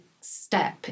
step